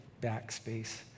backspace